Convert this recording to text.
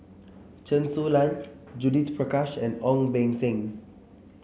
Chen Su Lan Judith Prakash and Ong Beng Seng